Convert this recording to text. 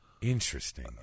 Interesting